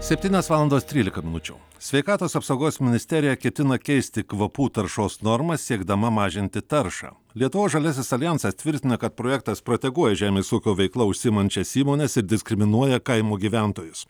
septynios valandos trylika minučių sveikatos apsaugos ministerija ketina keisti kvapų taršos normas siekdama mažinti taršą lietuvos žaliasis aljansas tvirtina kad projektas proteguoja žemės ūkio veikla užsiimančias įmones ir diskriminuoja kaimų gyventojus